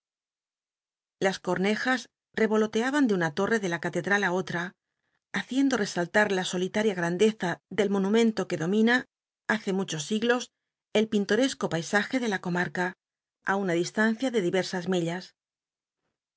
las col'lejas revoloteaban de una tore de la ated ral á la otra haciendo resaltar la solitaria gl'andeza del monumento que domina hace muchos siglos el pin tol'esco paisaje de la comarca á una distancia de dircrsas